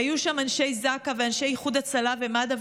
היו שם אנשי זק"א ואנשי איחוד הצלה ומד"א